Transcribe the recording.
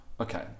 Okay